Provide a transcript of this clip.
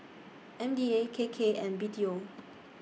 M D A K K and B T O